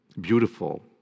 beautiful